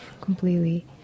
Completely